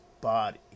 body